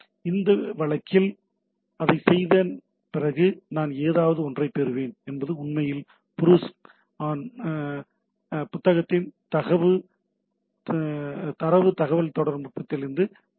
இந்த வழக்கில் அதைச் செய்த பிறகு நான் ஏதாவது ஒன்றைப் பெறுவேன் என்பது உண்மையில் ஃபாரூஸன் புத்தகத்தின் தரவு தகவல்தொடர்புகளிலிருந்து வந்தது